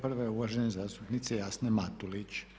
Prva je uvažene zastupnice Jasne Matulić.